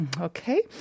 Okay